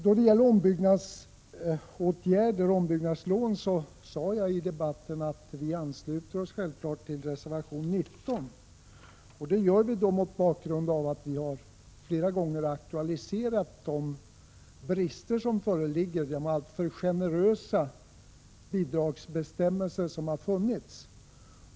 När det gäller ombyggnadslån sade jag i debatten att vi självfallet ansluter oss till reservation 19. Det gör vi mot bakgrund av att vi flera gånger har aktualiserat de brister som föreligger på grund av de alltför generösa bidragsbestämmelser som har funnits.